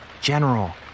General